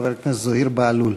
חבר הכנסת זוהיר בהלול.